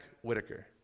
Whitaker